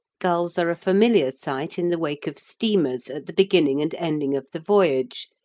gulls are a familiar sight in the wake of steamers at the beginning and ending of the voyage,